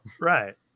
right